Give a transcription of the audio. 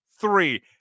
three